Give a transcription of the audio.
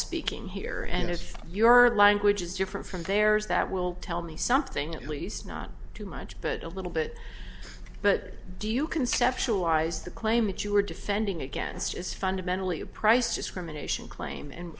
speaking here and there's your language is different from theirs that will tell me something at least not too much but a little bit but do you conceptualize the claim that you were defending against is fundamentally a price discrimination claim and